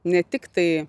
ne tiktai